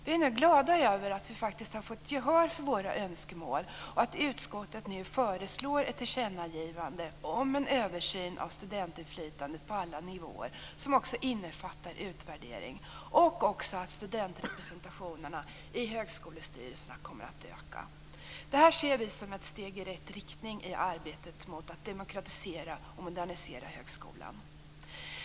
Vi är glada över att vi faktiskt har fått gehör för våra önskemål och att utskottet nu föreslår ett tillkännagivande om en översyn av studentinflytandet på alla nivåer som också innefattar utvärderingar samt att studentrepresentationerna i högskolestyrelserna kommer att öka. Vi ser det som ett steg i rätt i riktning i arbetet med att demokratisera och modernisera högskolan.